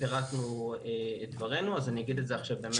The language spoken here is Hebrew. ופרטנו את דברינו אז אני אגיד את זה עכשיו.